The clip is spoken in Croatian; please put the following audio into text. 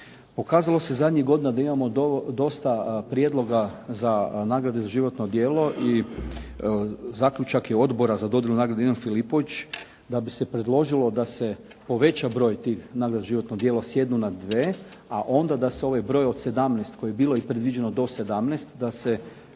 Pokazalo se zadnjih godina da imamo dosta prijedloga za nagrade za životno djelo i zaključak je Odbora za nagrade „Ivan Filipović“ da bi se predložilo da se poveća broj tih nagrada za životno djelo s jednu na dvije, a onda se ovaj broj 17, kojih je bilo predviđeno do 17 da se